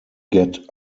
get